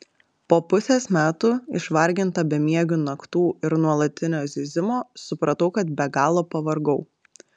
po pusės metų išvarginta bemiegių naktų ir nuolatinio zyzimo supratau kad be galo pavargau